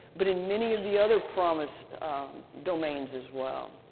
but in many of the other promis domains as well.